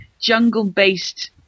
jungle-based